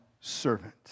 servant